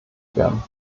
werden